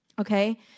Okay